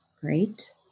great